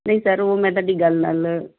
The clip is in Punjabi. ਨਹੀਂ ਸਰ ਉਹ ਮੈਂ ਤੁਹਾਡੀ ਗੱਲ ਨਾਲ